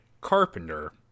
carpenter